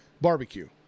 barbecue